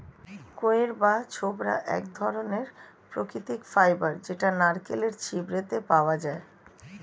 কইর বা ছোবড়া এক ধরণের প্রাকৃতিক ফাইবার যেটা নারকেলের ছিবড়েতে পাওয়া যায়